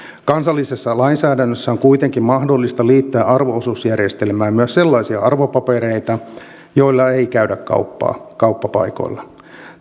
kansallisessa lainsäädännössä on kuitenkin mahdollista liittää arvo osuusjärjestelmään myös sellaisia arvopapereita joilla ei käydä kauppaa kauppapaikoilla